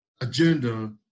agenda